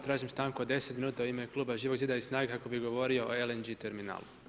Tražim stanku od 10 minuta u ime kluba Živog zida i SNAGA-e kako bih govorio o LNG terminalu.